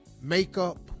makeup